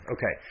Okay